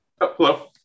Hello